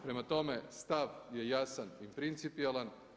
Prema tome, stav je jasan i principijelan.